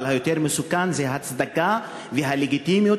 אבל יותר מסוכן זה ההצדקה והלגיטימיות